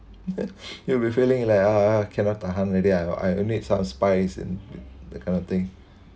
you'll be feeling like ah cannot tahan already ya I need some spice in the kind of thing